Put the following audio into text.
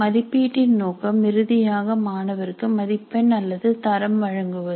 மதிப்பீட்டின் நோக்கம் இறுதியாக மாணவர்க்கு மதிப்பெண் அல்லது தரம் வழங்குவது